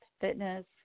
fitness